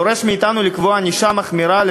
דורש מאתנו לקבוע ענישה מחמירה על